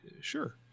Sure